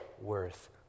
worth